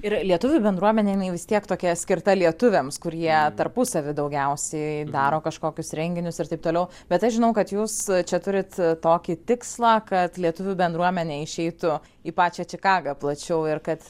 ir lietuvių bendruomenė jinai vis tiek tokia skirta lietuviams kurie tarpusavy daugiausiai daro kažkokius renginius ir taip toliau bet aš žinau kad jūs čia turit tokį tikslą kad lietuvių bendruomenė išeitų į pačią čikagą plačiau ir kad